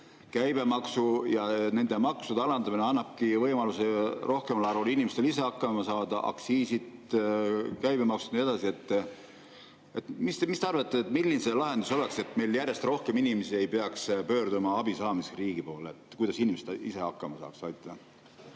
Käibemaksu ja nende maksude alandamine annabki võimaluse rohkemal arvul inimestel ise hakkama saada – aktsiisid, käibemaksud ja nii edasi. Mis te arvate, milline see lahendus võiks olla, et meil järjest rohkem inimesi ei peaks pöörduma abi saamiseks riigi poole? Kuidas inimesed ise hakkama saaksid?